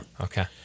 Okay